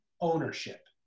ownership